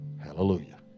Hallelujah